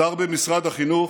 שר במשרד החינוך,